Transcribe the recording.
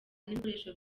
n’ibikoresho